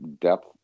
depth